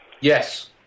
Yes